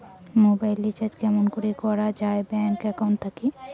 Mobile recharge কেমন করি করা যায় ব্যাংক একাউন্ট থাকি?